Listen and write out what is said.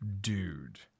Dude